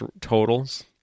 totals